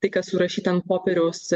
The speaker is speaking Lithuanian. tai kas surašyta ant popieriaus